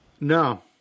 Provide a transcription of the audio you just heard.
No